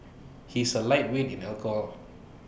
he is A lightweight in alcohol